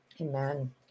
Amen